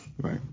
Right